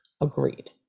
agreed